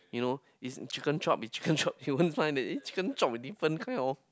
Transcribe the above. you know it's chicken chop with chicken chop you won't find that eh chicken chop with different kind of